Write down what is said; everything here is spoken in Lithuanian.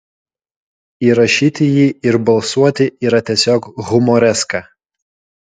įrašyti jį ir balsuoti yra tiesiog humoreska